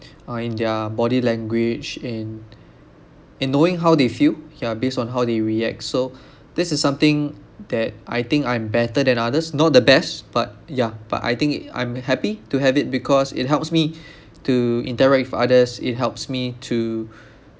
uh in their body language in in knowing how they feel yeah based on how they react so this is something that I think I'm better than others not the best but ya but I think I'm happy to have it because it helps me to interact with others it helps me to